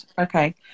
Okay